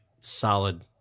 Solid